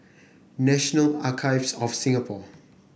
National Archives of Singapore